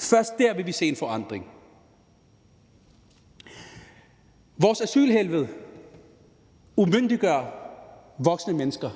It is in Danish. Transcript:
Først dér vil vi se en forandring. Vores asylhelvede umyndiggør voksne mennesker.